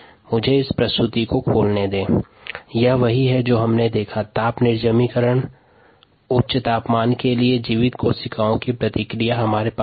संदर्भ समय 0155 में ताप निर्जमिकरण के अंतर्गत उच्च तापमान में जीवित कोशिका की प्रतिक्रिया दर्शित है